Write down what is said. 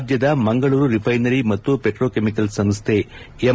ರಾಜ್ಯದ ಮಂಗಳೂರು ರಿಫೈನರಿ ಮತ್ತು ಪೆಟ್ರೋಕೆಮಿಕಲ್ಸ್ ಸಂಸ್ದೆ ಎಂ